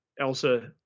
Elsa